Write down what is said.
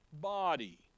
body